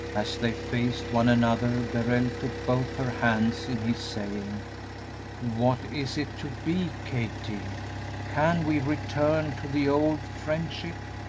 as they faced one another darrell took both her hands in his, saying what is it to be, kathie? can we return to the old friendship?